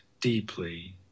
deeply